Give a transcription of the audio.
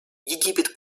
египет